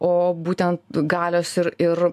o būtent galios ir ir